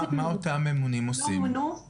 מה אותם ממונים עושים?